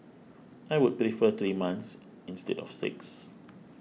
I would prefer three months instead of six